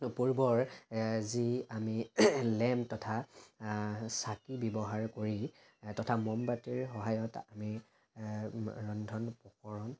পূৰ্বৰ যি আমি লেম্প তথা চাকি ব্যৱহাৰ কৰি তথা মমবাতিৰ সহায়ত আমি ৰন্ধন প্ৰকৰণ